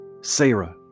Sarah